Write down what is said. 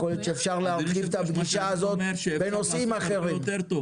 יכול להיות שאפשר להרחיב את הפגישה הזאת גם לנושאים אחרים.